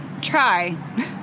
try